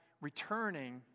returning